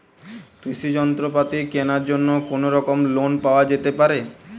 কৃষিযন্ত্রপাতি কেনার জন্য কোনোরকম লোন পাওয়া যেতে পারে?